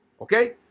okay